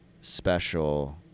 special